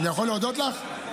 אני יכול להודות לך?